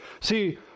See